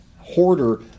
hoarder